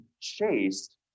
chased